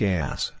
Gas